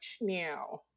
now